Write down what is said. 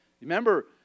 Remember